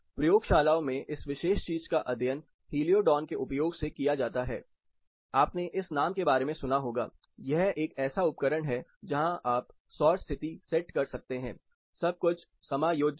प्रयोगशालाओं में इस विशेष चीज़ का अध्ययन हेलियोडॉन के उपयोग से किया जाता है आपने इस नाम के बारे में सुना होगा यह एक ऐसा उपकरण है जहाँ आप सौर स्थिति सेट कर सकते हैं सब कुछ समायोज्य है